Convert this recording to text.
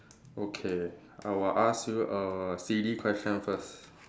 okay I will ask you a silly question first